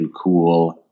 cool